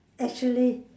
actually